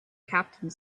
captain